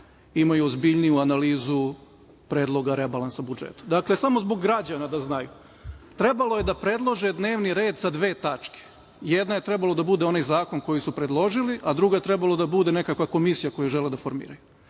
imaju ozbiljniju analizu predloga rebalansa budžeta. Dakle, samo zbog građana, da znaju, trebalo je da predlože dnevni red sa dve tačke. Jedna je trebala da bude onaj zakon koji su predložili, a druga je trebala da bude neka komisija koju žele da formiraju.